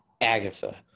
Agatha